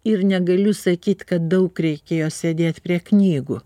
ir negaliu sakyt kad daug reikėjo sėdėt prie knygų